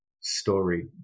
story